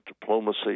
diplomacy